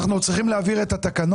אנחנו עוד צריכים להעביר את התקנות.